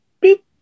beep